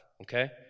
okay